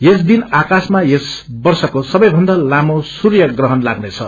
यसदिन आकाशमा यस वर्षको सबैभनदा लामी सूर्य ग्रहण लाग्ने छ